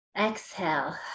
exhale